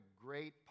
great